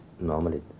Normally